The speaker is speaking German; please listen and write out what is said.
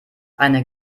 eine